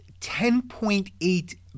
$10.8